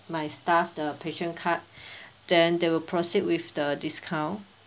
my staff the Passion card then they will proceed with the discount